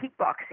kickboxing